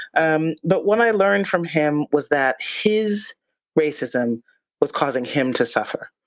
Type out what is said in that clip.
um but what i learned from him was that his racism was causing him to suffer.